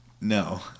No